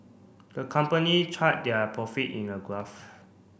the company chart their profit in a graph